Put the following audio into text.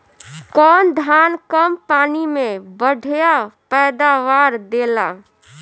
कौन धान कम पानी में बढ़या पैदावार देला?